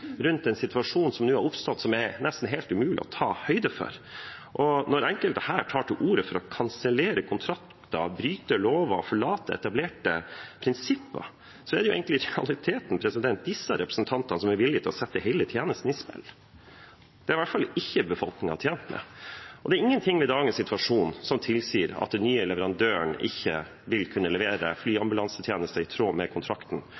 rundt en situasjon som nå er oppstått, som det nesten er helt umulig å ta høyde for. Når enkelte her tar til orde for å kansellere kontrakter, bryte lover og forlate etablerte prinsipper, er det i realiteten egentlig disse representantene som er villig til å sette hele tjenesten i spill. Det er i hvert fall ikke befolkningen tjent med. Det er ingen ting ved dagens situasjon som tilsier at den nye leverandøren ikke vil kunne levere flyambulansetjenester i tråd med kontrakten.